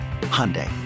Hyundai